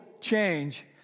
change